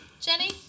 Jenny